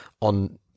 on